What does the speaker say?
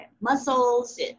muscles